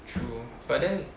true but then